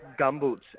gumboots